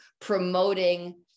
promoting